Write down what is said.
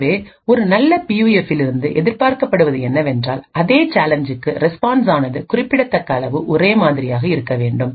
எனவே ஒரு நல்ல பியூஎஃப்பிலிருந்துஎதிர்பார்க்கப்படுவது என்னவென்றால் அதே சேலஞ்சுக்கு ரெஸ்பான்ஸ் ஆனது குறிப்பிடத்தக்க அளவு ஒரே மாதிரியாக இருக்க வேண்டும்